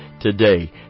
today